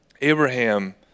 Abraham